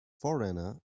foreigner